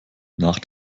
nach